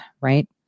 right